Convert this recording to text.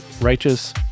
righteous